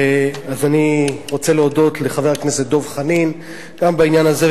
אז אני רוצה להודות לחבר הכנסת דב חנין גם בעניין הזה,